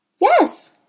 Yes